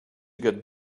get